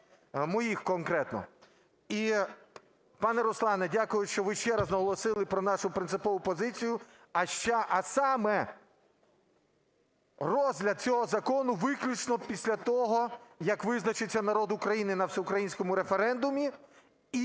моїх конкретно. І, пане Руслане, дякую, що ви ще раз наголосили про нашу принципову позицію, а саме: розгляд цього закону виключно після того, як визначиться народ України на всеукраїнському референдумі